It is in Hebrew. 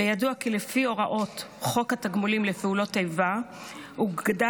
וידוע כי לפי הוראת חוק התגמולים לפעולות איבה הוגדל